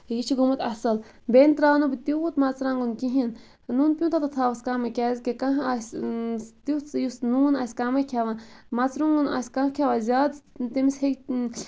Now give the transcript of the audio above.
یہِ چھُ گوٚمُت اصٕل بیٚیہِ تراونہٕ بہٕ تیوٗت مرژٕوانٛگُن کِہیٖنۍ نُنہٕ پیوٗنتہَ تہِ تھاوَس کمٕے کیازکہِ کانٛہہ آسہِ تیُتھ یُس نوٗن آسہِ کمٕے کھیٚوان مَرژٕوانٛگُن آسہِ کانٛہہ کھیٚوان زیادٕ تٔمس ہیٚکہِ